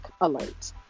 alert